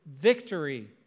victory